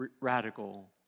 radical